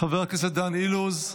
חבר הכנסת דן אילוז,